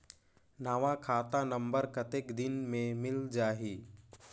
नवा खाता नंबर कतेक दिन मे मिल जाही?